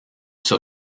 sur